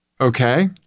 Okay